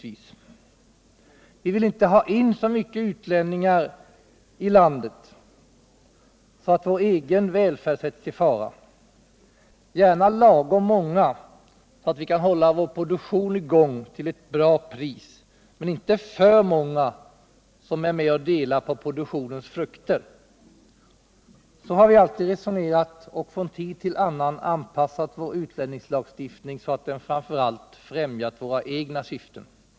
Vi vill inte ha in så många utlänningar i landet att vår egen välfärd äventyras — gärna lagom många, så att vi kan hålla vår produktion i gång till ett bra pris, men inte för många får vara med och dela produktionens frukter. Så har vi alltid resonerat och från tid till annan anpassat vår utlänningslagstiftning, så att den framför allt främjat våra egna syften.